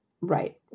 Right